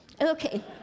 Okay